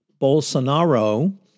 Bolsonaro